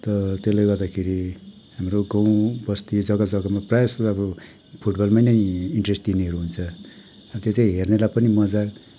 त त्यसले गर्दाखेरि हाम्रो गाउँ बस्ती जग्गा जग्गामा प्रायः जस्तो त अब फुटबलमा नै इन्ट्रेस्ट दिनेहरू हुन्छ त्यो चाहिँ हेर्नेलाई पनि मजा